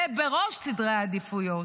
זה בראש סדרי העדיפויות.